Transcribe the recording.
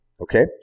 Okay